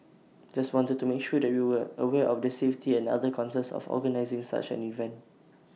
just wanted to make sure that we were aware of the safety and other concerns of organising such an event